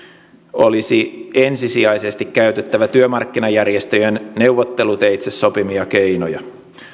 olisi ensisijaisesti käytettävä työmarkkinajärjestöjen neuvotteluteitse sopimia keinoja